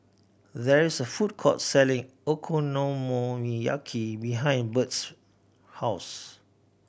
there is a food court selling Okonomiyaki behind Birt's house